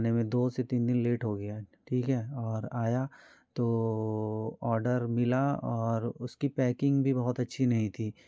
आने में दो से तीन दिन लेट हो गया ठीक है और आया तो ऑर्डर मिला और उसकी पैकिंग भी बहुत अच्छी नहीं थी